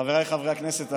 חבריי חברי הכנסת,